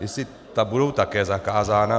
Jestli ta budou také zakázána...